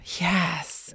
yes